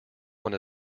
one